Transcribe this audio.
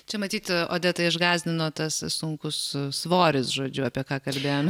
čia matyt odetą išgąsdino tas sunkus svoris žodžiu apie ką kalbėjome